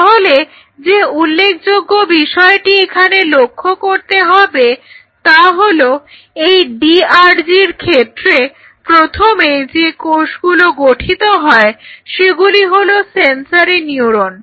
তাহলে যে উল্লেখযোগ্য বিষয়টি এখানে লক্ষ্য করতে হবে তা হলো এই DRG এর ক্ষেত্রে প্রথম যে কোষগুলো গঠিত হয় সেগুলো হলো সেনসরি নিউরণ